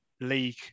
league